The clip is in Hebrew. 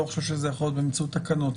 חושב שזה יכול להיות באמצעות תקנות.